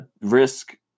risk